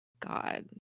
God